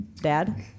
Dad